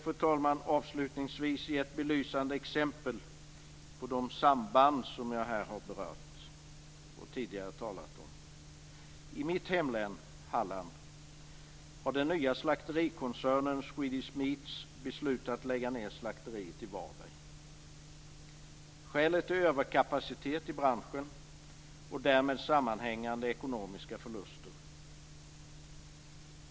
Låt mig avslutningsvis ge ett belysande exempel på de samband som jag här har berört. I mitt hemlän, Halland, har den nya slakterikoncernen Swedish Meats beslutat att lägga ned slakteriet i Varberg. Skälet är överkapacitet i branschen och därmed sammanhängande ekonomiska förluster.